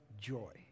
joy